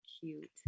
cute